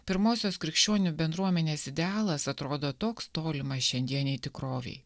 pirmosios krikščionių bendruomenės idealas atrodo toks tolimas šiandienei tikrovei